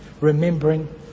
remembering